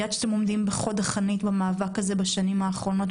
אני יודעת שאתם עומדים בחוד החנית במאבק הזה בשנים האחרונות,